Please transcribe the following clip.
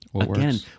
again